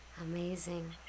Amazing